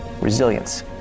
Resilience